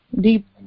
deep